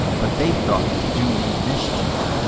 but they thought to do me mischief.